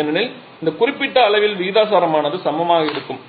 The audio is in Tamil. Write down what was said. ஏனெனில் இந்த குறிப்பிட்ட அளவிற்கு விகிதாசாரமானது சமமாக இருக்கும்